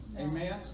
Amen